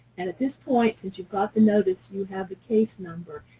and at this point, since you've got the notice you have a case number,